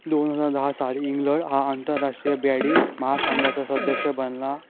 दोन हजार दहा साल इंग्लड हा आंतरराष्ट्रीय बॅडीस महासंघाचा सदस्य बनला